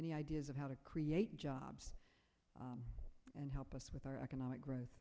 any ideas of how to create jobs and help us with our economic growth